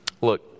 Look